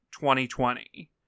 2020